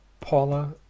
Paula